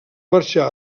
marxar